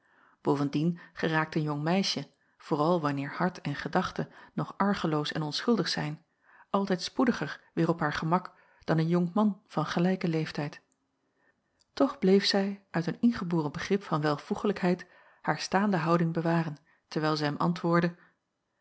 bovendien geraakt een jong meisje vooral wanneer hart en gedachte nog argeloos en onschuldig zijn altijd spoediger weêr op haar gemak dan een jonkman van gelijken leeftijd toch bleef zij uit een ingeboren begrip van welvoeglijkheid haar staande houding bewaren terwijl zij hem antwoordde